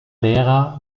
lehrer